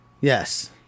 yes